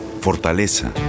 Fortaleza